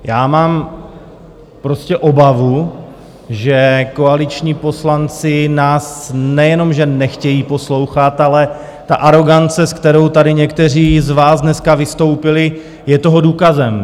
Já mám prostě obavu, že koaliční poslanci nás nejenom že nechtějí poslouchat, ale ta arogance, s kterou tady někteří z vás dneska vystoupili, je toho důkazem.